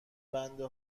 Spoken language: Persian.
بنده